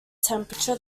temperature